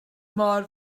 mor